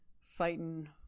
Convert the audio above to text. fighting